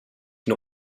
nur